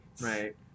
Right